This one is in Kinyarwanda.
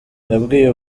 yabwiye